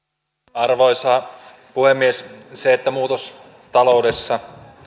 arvoisa puhemies se että muutos taloudessa